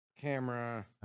camera